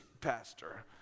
pastor